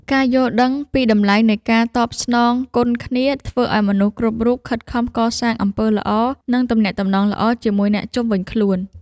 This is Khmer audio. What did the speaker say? ការយល់ដឹងពីតម្លៃនៃការតបស្នងគុណគ្នា ធ្វើឱ្យមនុស្សគ្រប់រូបខិតខំកសាងអំពើល្អ និងទំនាក់ទំនងល្អជាមួយអ្នកជុំវិញខ្លួន។